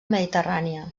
mediterrània